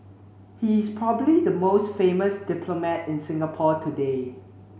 he is probably the most famous diplomat in Singapore today